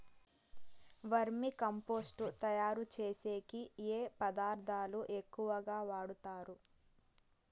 వర్మి compost తయారుచేసేకి ఏ పదార్థాలు ఎక్కువగా వాడుతారు